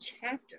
chapter